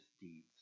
deeds